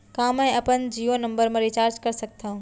का मैं अपन जीयो नंबर म रिचार्ज कर सकथव?